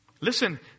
Listen